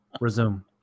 Resume